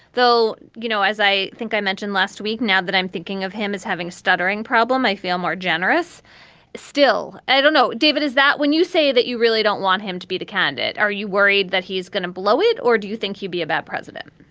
though, you know, as i think i mentioned last week, now that i'm thinking of him as having a stuttering problem, i feel more generous still. i don't know. david, is that when you say that you really don't want him to be the candidate? are you worried that he's gonna blow it or do you think he'd be about president?